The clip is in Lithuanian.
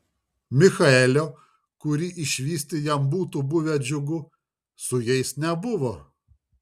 michaelio kurį išvysti jam būtų buvę džiugu su jais nebuvo